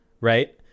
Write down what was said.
right